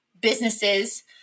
businesses